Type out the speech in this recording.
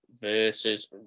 versus